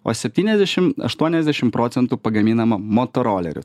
o septyniadešim aštuoniasdešim procentų pagaminama motorolerių